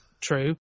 true